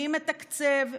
מי מתקצב?